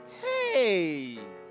Hey